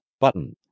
button